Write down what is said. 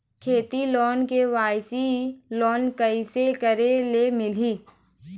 खेती loan KYC loan कइसे करे ले मिलही?